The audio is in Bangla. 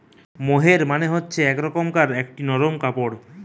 মোহের মানে হচ্ছে এক রকমকার একটি নরম কাপড়